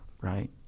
right